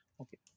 okay